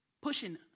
pushing